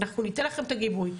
אנחנו ניתן לכם את הגיבוי,